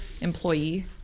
employee